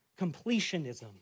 completionism